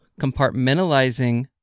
compartmentalizing